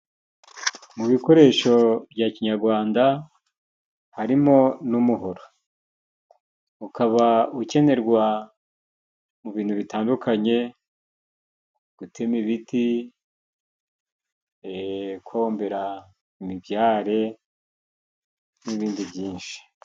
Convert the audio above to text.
Mu bikoresho bya kinyarwanda harimo n'umuhoro. Ukaba ukenerwa mu bintu bitandukanye, gutema ibiti, kombera imibyare, n'ibindi byinshi.